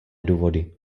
důvody